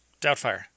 Doubtfire